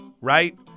right